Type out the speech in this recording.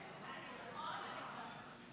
השתתפות בבחירות), של חבר הכנסת אופיר כץ,